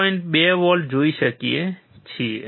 2 volt જોઈએ છીએ